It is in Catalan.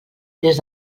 des